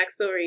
backstory